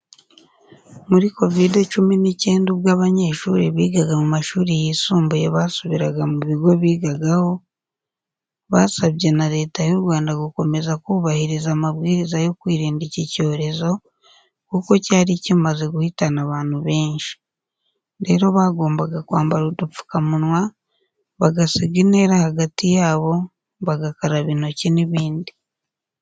Muri Kovide cyumi n'icyenda ubwo abanyeshuri bigaga mu mashuri yisumbuye basubiraga mu bigo bigagaho, basabye na Leta y'u Rwanda gukomeza kubahiriza amabwiriza yo kwirinda iki cyorezo, kuko cyari kimaze guhitana abantu benshi. Rero bagombaga kwambara udupfukamunwa, bagasiga intera hagati yabo, bagakaraba intoki n'ibindi.